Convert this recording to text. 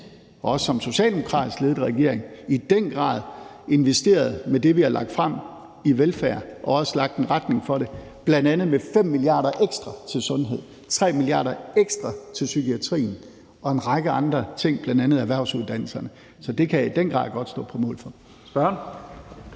og også som socialdemokratisk ledet regering i den grad investeret med det, vi har lagt frem, i velfærd og også lagt en retning for det, bl.a. med 5 mia. kr. ekstra til sundhed, 3 mia. kr. ekstra til psykiatrien og en række andre ting, bl.a. i forhold til erhvervsuddannelserne. Så det kan jeg i den grad godt stå på mål for. Kl.